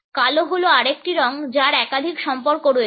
কালো হল আরেকটি রঙ যার একাধিক সম্পর্ক রয়েছে